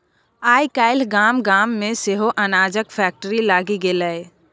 आय काल्हि गाम गाम मे सेहो अनाजक फैक्ट्री लागि गेलै